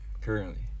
currently